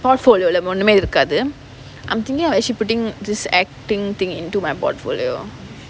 portfolio lah ஒண்ணுமே இருக்காது:onnumae irukkaathu I'm thinking of actually putting this acting thing into my portfolio